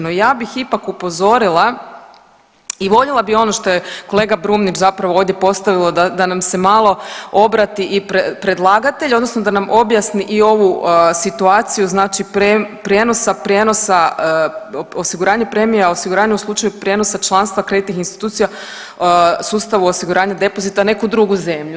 No ja bih ipak upozorila i voljela bih ono što je kolega Brumnić zapravo ovdje postavio da nam se malo obrati i predlagatelj, odnosno da nam objasni i ovu situaciju, znači prijenosa, osiguranje premija, osiguranje u slučaju prijenosa članstva kreditnih institucija, sustavu osiguranja depozita neku drugu zemlju.